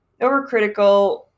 overcritical